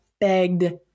begged